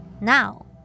Now